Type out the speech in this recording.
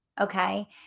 Okay